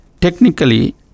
technically